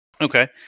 Okay